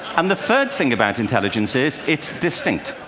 and the third thing about intelligence is, it's distinct.